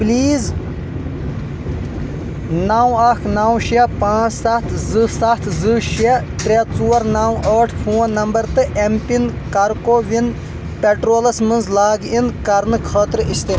please نو اکھ نو شیٚے پانٛژھ ستھ زٕ ستھ زٕ شیٚے ترٛےٚ ژور نو ٲٹھ فون نمبر تہٕ ایٚم پِن کر کو وِن پیٚٹرولس منٛز لاگ اِن کرنہٕ خٲطرٕ استعمال